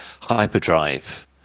hyperdrive